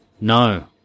No